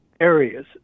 Areas